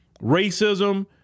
racism